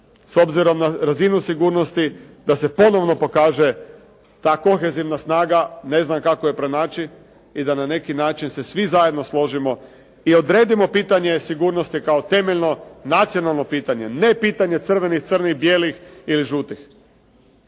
s obzirom na razinu sigurnosti, da se ponovno pokaže ta kohezivna snaga. Ne znam kako je pronaći i da a neki način se svi zajedno složimo i odredimo pitanje sigurnosti kao temeljno, nacionalno pitanje, ne pitanje crvenih, crnih, bijelih ili žutih.